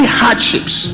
hardships